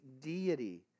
deity